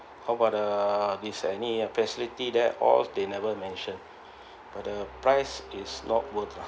how about uh is any uh facility there all they never mention but the the price is not worth lah